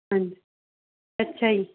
ਹਾਂਜੀ ਅੱਛਾ ਜੀ